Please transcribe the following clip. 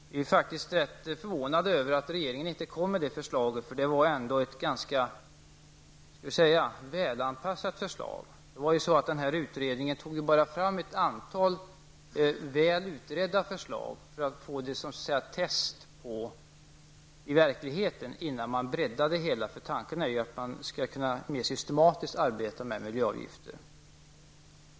Vi är faktiskt rätt förvånade över att regeringen inte kom med det förslaget, eftersom det var ett ganska välanpassat förslag. Utredningen lade fram bara ett antal välutredda förslag för att få dessa som en test i verkligheten innan man breddade det hela. Tanken är ju att man mer systematiskt skall kunna arbeta med miljöavgifter.